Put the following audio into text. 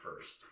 first